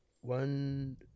One